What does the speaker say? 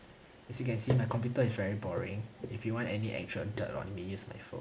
as you can see my computer is very boring if you want any action dirt on me use my phone